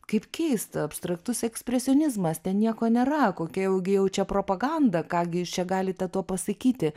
kaip keista abstraktus ekspresionizmas ten nieko nėra kokia jaugi jau čia propaganda ką gi jūs čia galite tuo pasakyti